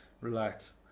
Relax